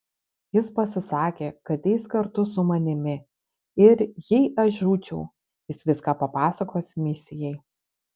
jis pasisakė kad eis kartu su manimi ir jei aš žūčiau jis viską papasakos misijai